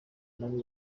nayo